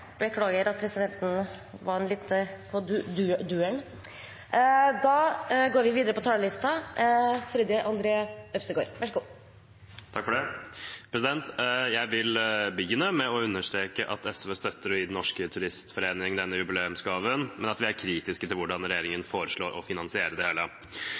understreke at SV støtter å gi Den Norske Turistforening denne jubileumsgaven, men at vi er kritiske til hvordan regjeringen foreslår å finansiere det hele.